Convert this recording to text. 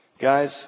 Guys